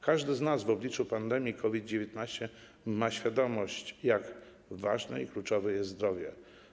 Każdy z nas w obliczu pandemii COVID-19 ma świadomość tego, jak ważne i kluczowe jest zdrowie.